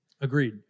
agreed